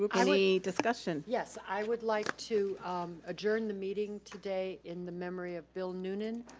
um any discussion? yes i would like to adjourn the meeting today in the memory of bill nunan,